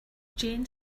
jane